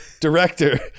director